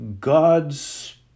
God's